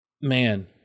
man